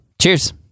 Cheers